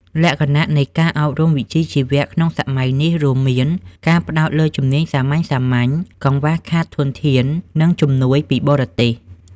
លក្ខណៈនៃការអប់រំវិជ្ជាជីវៈក្នុងសម័យនេះរួមមាន ការផ្តោតលើជំនាញសាមញ្ញៗ កង្វះខាតធនធាន និងជំនួយពីបរទេស។